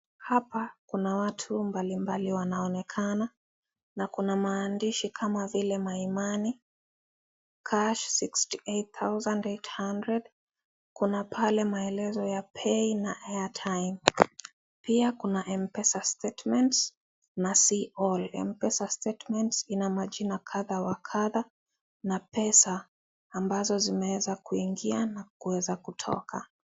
Hapa kuna watu mbalimbali wanaonekana na kuna maandisi kama vile My money , cash sixty eight thousand eight hundred . Kuna pale maelezo ya pay na airtime pia kuna mpesa statements na see all . M-pesa statements ina majina kadha wa kadha na pesa ambazo zimeweza kuingia na kutoka.